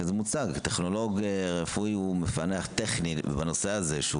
טכנולוג רפואי הוא מפענח טכני במובן זה שהוא